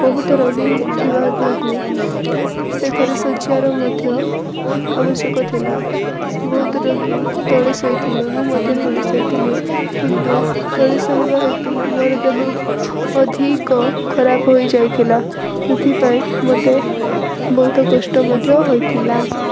ବହୁତ ରୋଗୀ ଥିବା ଯୋଗୁ ସେ ଥରେ ସେ ଶଯ୍ୟାର ମଧ୍ୟ ଆବଶ୍ୟକ ଥିଲା ବହୁତ ରୋଗୀ ତଳେ ଶୋଇଥିଲେ ମୁଁ ମଧ୍ୟ ତଳେ ଶୋଇଥିଲି କିନ୍ତୁ ତଳେ ଶୋଇବା ହେତୁ ମୋର ଦେହ ଅଧିକ ଖରାପ ହୋଇଯାଇଥିଲା ସେଥିପାଇଁ ମୋତେ ବହୁତ କଷ୍ଟ ମଧ୍ୟ ହୋଇଥିଲା